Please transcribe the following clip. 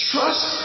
Trust